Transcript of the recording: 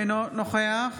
אינו נוכח